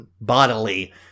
bodily